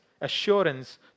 assurance